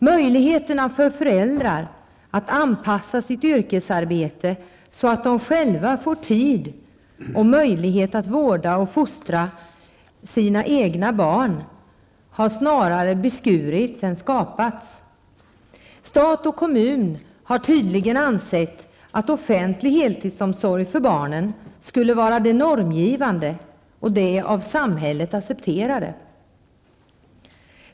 Möjligheterna för föräldrar att anpassa sitt yrkesarbete så att de själva får tid och möjlighet att vårda och fostra sina egna barn har snarare beskurits än skapats. Stat och kommun har tydligen ansett att offentlig heltidsomsorg för barnen skulle vara det normgivande och det av samhället accepterade.